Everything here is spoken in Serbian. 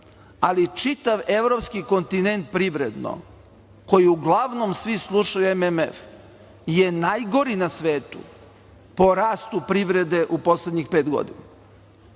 ali čitav evropski kontinent privredno koji uglavnom svi slušaju MMF je najgori na svetu po rastu privrede u poslednjih pet godina.